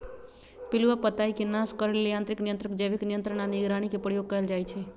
पिलुआ पताईके नाश करे लेल यांत्रिक नियंत्रण, जैविक नियंत्रण आऽ निगरानी के प्रयोग कएल जाइ छइ